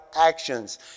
actions